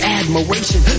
admiration